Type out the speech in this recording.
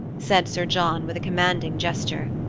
said sir john with a commanding gesture.